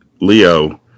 Leo